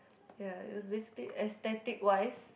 ya it was a basically aesthetic wise